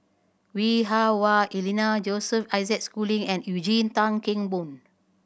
Lui Hah Wah Elena Joseph Isaac Schooling and Eugene Tan Kheng Boon